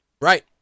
Right